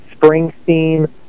Springsteen